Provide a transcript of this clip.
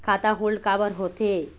खाता होल्ड काबर होथे?